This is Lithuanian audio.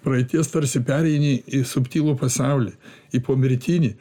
praeities tarsi pereini į subtilų pasaulį į pomirtinį